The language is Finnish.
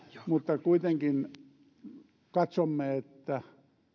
mutta kuitenkin katsomme että